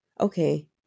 okay